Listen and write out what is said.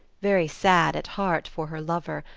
very sad at heart for her lover,